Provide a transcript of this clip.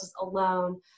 alone